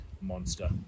monster